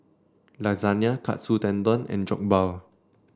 Lasagne Katsu Tendon and Jokbal